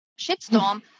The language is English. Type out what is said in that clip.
shitstorm